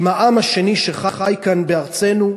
עם העם השני שחי כאן בארצנו,